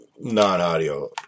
non-audio